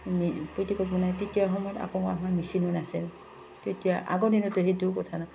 petticoat বনাই তেতিয়াৰ সময়ত আকৌ আমাৰ মেচিনো নাছিল তেতিয়া আগৰ দিনতো সেইটো কথা ন